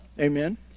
Amen